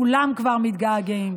כולם כבר מתגעגעים.